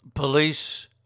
Police